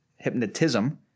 Hypnotism